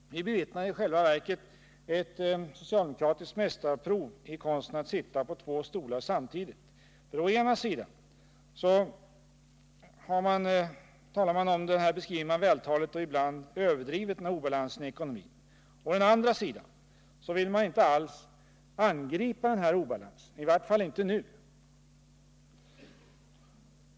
Vi bevittnar i själva verket ett socialdemokratiskt mästarprov i konsten att sitta på två stolar samtidigt. Å den ena sidan beskriver socialdemokraterna vältaligt och överdriver ibland obalansen i ekonomin. Å den andra sidan vill de inte angripa denna obalans, i vart fall inte nu.